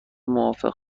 موافق